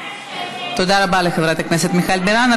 תודה רבה לחברת הכנסת מיכל בירן.